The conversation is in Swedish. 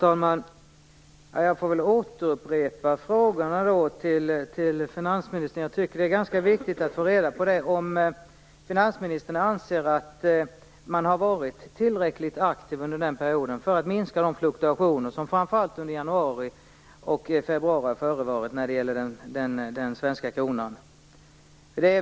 Herr talman! Jag får upprepa frågorna till finansministern. Jag tycker att det är viktigt att få reda på det här. Anser finansministern att man har varit tillräckligt aktiv under perioden för att minska de fluktuationer som framför allt under januari och februari har förevarit när det gäller den svenska kronan?